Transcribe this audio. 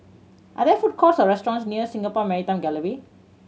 are there food courts or restaurants near Singapore Maritime Gallery